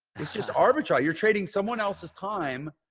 it's just arbitrary. you're trading someone, else's time,